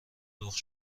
لخت